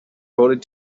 voted